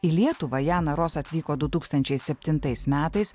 į lietuvą jana ros atvyko du tūkstančiai septintais metais